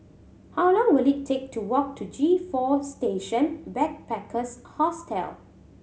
how long will it take to walk to G Four Station Backpackers Hostel